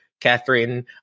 catherine